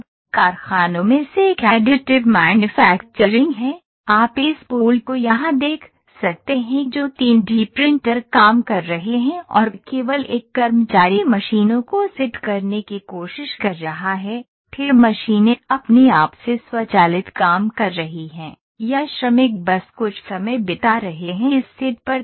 अब कारखानों में से एक Additive Manufacturing है आप इस पूल को यहाँ देख सकते हैं जो 3D प्रिंटर काम कर रहे हैं और केवल एक कर्मचारी मशीनों को सेट करने की कोशिश कर रहा है फिर मशीनें अपने आप से स्वचालित काम कर रही हैं या श्रमिक बस कुछ समय बिता रहे हैं इस सेट पर